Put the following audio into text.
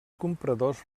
compradors